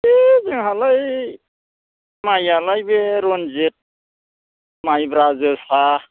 बे जोंहालाय माइ आलाय बे रनजित माइब्रा जोसा